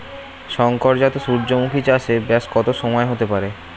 শংকর জাত সূর্যমুখী চাসে ব্যাস কত সময় হতে পারে?